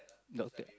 doctor